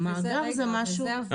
המאגר זה משהו --- וזה, רגע.